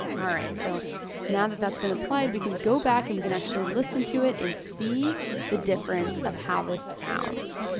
alright, so now that that's been applied we can go back and we can actually listen to it and see the difference of how this sounds.